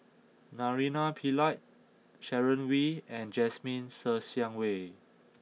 Naraina Pillai Sharon Wee and Jasmine Ser Xiang Wei